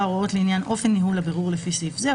הוראות לעניין אופן ניהול הבירור לפי סעיף זה,